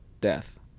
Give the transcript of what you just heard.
death